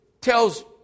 tells